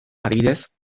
adibidez